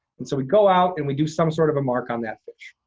and so we go out and we do some sort of a mark on that fish.